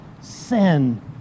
sin